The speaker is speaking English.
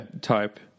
type